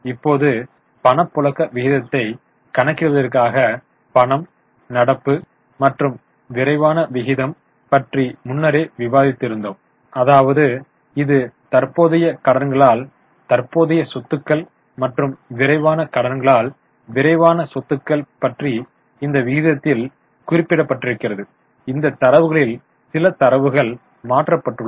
இப்போது பணப்புழக்க விகிதத்தை கணக்கிடுவதற்காக பணம் நடப்பு மற்றும் விரைவான விகிதம் பற்றி முன்னரே விவாதித்திருந்தோம் அதாவது இது தற்போதைய கடன்களால் தற்போதைய சொத்துக்கள் மற்றும் விரைவான கடன்களால் விரைவான சொத்துக்கள் பற்றி இந்த விகிதத்தில் குறிக்கப்படுகிறது இந்த தரவுகளில் சில தரவுகள் மாற்றப்பட்டுள்ளது